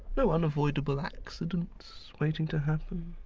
no unavoidable accidents waiting to happen.